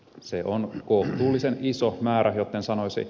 se on kohtuullisen iso määrä jotten sanoisi